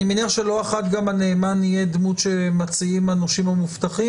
אני מניח שלא אחת הנאמן גם יהיה דמות שמציעים הנושים המובטחים,